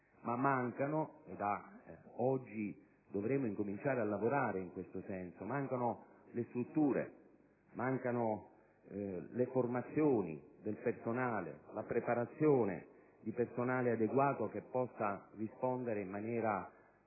mancano - da oggi dovremo cominciare a lavorare in questo senso - le strutture, la formazione del personale, la preparazione di personale adeguato che possa rispondere in maniera